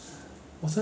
mm what